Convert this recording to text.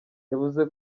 yavuze